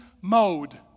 mode